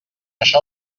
això